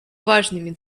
важными